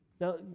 Now